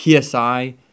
PSI